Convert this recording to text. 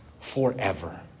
forever